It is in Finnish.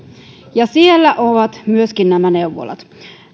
ja siellä ovat myöskin neuvolat